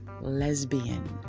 lesbian